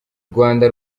rwanda